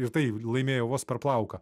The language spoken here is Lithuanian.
ir tai laimėjo vos per plauką